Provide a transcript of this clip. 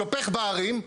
שופך בהרים,